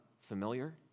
familiar